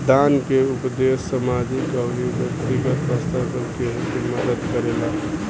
दान के उपदेस सामाजिक अउरी बैक्तिगत स्तर पर केहु के मदद करेला